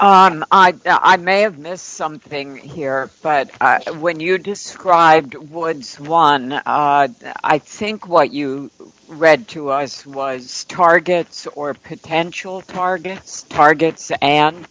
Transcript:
will i may have missed something here but when you described woods won i think what you read to us was targets or potential targets targets and